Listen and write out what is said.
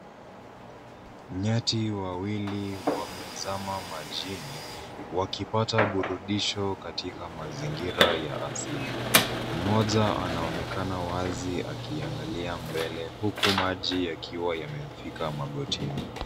Nyati wawili wamezama majini, wakipata burudisho katika mazingira ya asili. Mmoja anaonekana wazi akiangalia mbele, huku maji yakiwa yamemfika magotini.